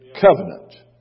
covenant